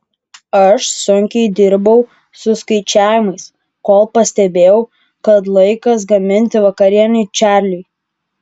aš sunkiai dirbau su skaičiavimais kol pastebėjau kad laikas gaminti vakarienę čarliui